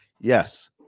Yes